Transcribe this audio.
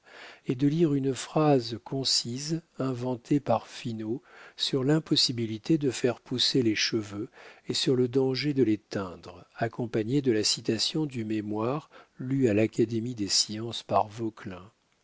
et de lire une phrase concise inventée par finot sur l'impossibilité de faire pousser les cheveux et sur le danger de les teindre accompagnée de la citation du mémoire lu à l'académie des sciences